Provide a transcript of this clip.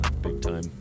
big-time